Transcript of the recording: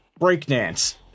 breakdance